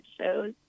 shows